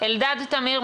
אלדד תמיר,